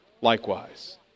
likewise